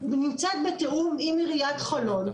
ונמצאת בתיאום עם עיריית חולון,